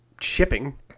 shipping